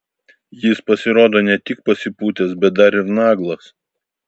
jis pasirodo ne tik pasipūtęs bet dar ir naglas